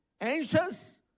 Anxious